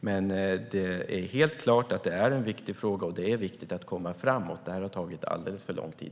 Men det är helt klart att detta är en viktig fråga och att det är viktigt att komma framåt. Det här redan har tagit alldeles för lång tid.